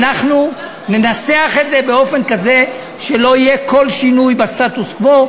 אנחנו ננסח את זה באופן כזה שלא יהיה כל שינוי בסטטוס-קוו.